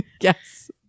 Yes